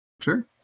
Sure